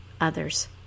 others